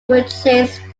purchased